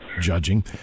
judging